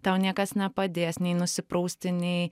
tau niekas nepadės nei nusiprausti nei